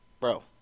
Bro